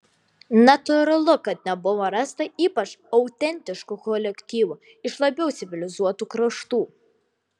natūralu kad nebuvo rasta ypač autentiškų kolektyvų iš labiau civilizuotų kraštų